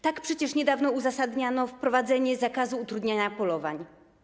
Tak przecież niedawno uzasadniano wprowadzenie zakazu utrudniania polowań.